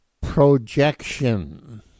projection